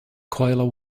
coil